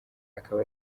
akaba